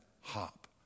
hop